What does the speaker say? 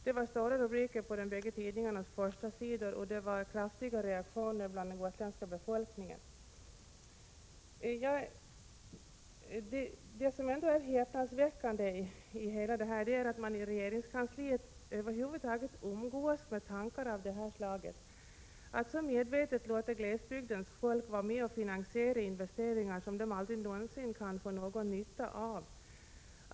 Det var stora rubriker på de bägge tidningarnas förstasidor, och det blev kraftiga reaktioner bland den gotländska befolkningen. Det är häpnadsväckande att man i regeringskansliet över huvud taget umgås med tankar av det här slaget, att man så medvetet vill låta glesbygdens folk vara med och finansiera investeringar som de aldrig någonsin kan få någon nytta av!